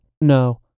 No